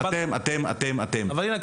אבל הנה,